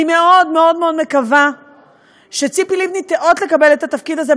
אני מאוד מאוד מקווה שציפי לבני תיאות לקבל את התפקיד הזה,